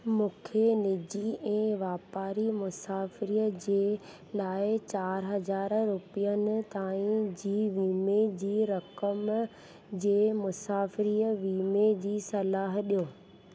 मूंखे निजी ऐं वापारी मुसाफरीअ जे लाइ चार हज़ार रुपियनि ताईं जी वीमे जी रक़म जे मुसाफरी वीमे जी सलाहु ॾियो